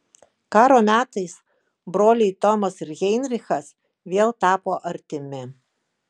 karo metais broliai tomas ir heinrichas vėl tapo artimi